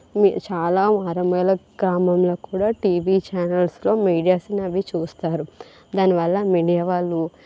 చాలా మారుమూల గ్రామంలో కూడా టీవీ ఛానెల్స్ లో మీడియాస్ అనేవి చూస్తారు దానివల్ల మీడియా వాళ్ళు